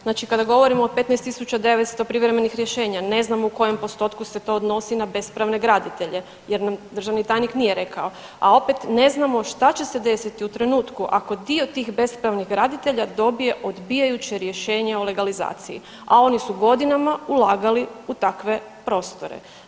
Znači kada govorimo o 15.900 privremenih rješenja, ne znam u kojem postotku se to odnosi na bespravne graditelje jer nam državni tajnik nije rekao, a opet ne znamo šta će se desiti u trenutku ako dio tih bespravnih graditelja dobije odbijajuće rješenje o legalizaciji, a oni su godinama ulagali u takve prostore.